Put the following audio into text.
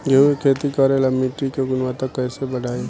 गेहूं के खेती करेला मिट्टी के गुणवत्ता कैसे बढ़ाई?